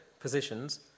positions